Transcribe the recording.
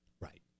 Right